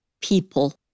people